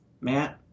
Matt